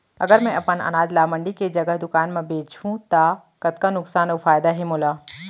अगर मैं अपन अनाज ला मंडी के जगह दुकान म बेचहूँ त कतका नुकसान अऊ फायदा हे मोला?